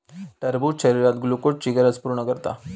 टरबूज शरीरात ग्लुकोजची गरज पूर्ण करता